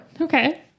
okay